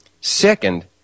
Second